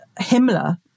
Himmler